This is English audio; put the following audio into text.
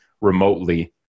remotely